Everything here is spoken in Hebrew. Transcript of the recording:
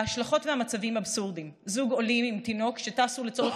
ההשלכות והמצבים אבסורדיים: זוג עולים עם תינוק טסו לצורך